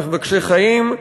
מבקשי חיים,